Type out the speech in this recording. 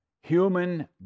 human